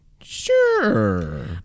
sure